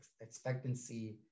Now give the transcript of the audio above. expectancy